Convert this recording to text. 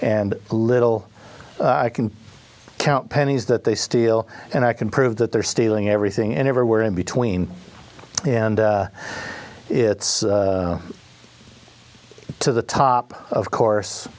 and little i can count pennies that they steal and i can prove that they're stealing everything and everywhere in between and it's to the top of course